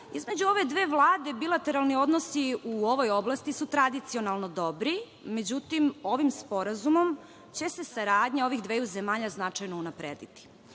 ove dve vlade bilateralni odnosi u ovoj oblasti su tradicionalno dobri, međutim, ovim sporazumom će se saradnja ovih dveju zemalja značajno unaprediti.